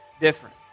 different